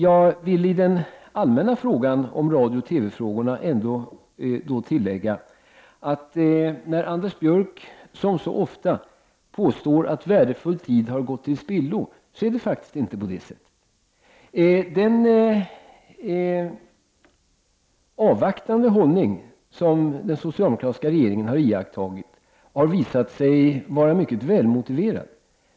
När det gäller radiooch TV-frågorna allmänt vill jag tillägga att det faktiskt inte är som Anders Björck så ofta påstår, att värdefull tid har gått till spillo. Den avvaktande hållning som den socialdemokratiska regeringen har iakttagit har visat sig vara mycket välmotiverad.